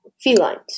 felines